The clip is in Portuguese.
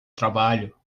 trabalho